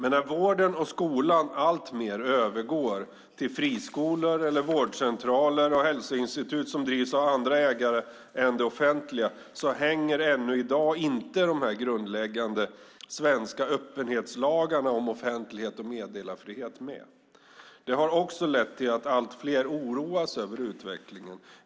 När vården och skolan alltmer övergår till friskolor eller vårdcentraler och hälsoinstitut som drivs av andra ägare än det offentliga hänger ännu i dag inte dessa grundläggande svenska öppenhetslagar om offentlighet och meddelarfrihet med. Det har också lett till att allt fler oroas över utvecklingen.